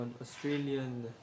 Australian